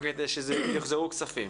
כדי שיוחזרו כספים,